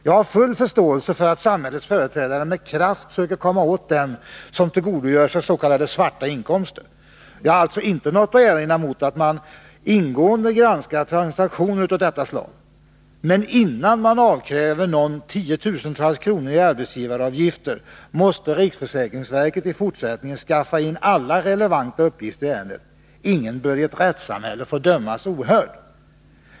Jag har full förståelse för att samhällets företrädare med kraft söker komma åt dem som tillgodogör sig s.k. svarta inkomster. Jag har alltså inte något att erinra mot att man ingående granskar transaktioner av detta slag. Men innan någon avkrävs tiotusentals kronor i arbetsgivaravgifter, måste riksförsäkringsverket i fortsättningen skaffa in alla relevanta uppgifter i ärendet. Ingen bör i ett rättssamhälle få dömas ohörd.